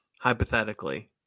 hypothetically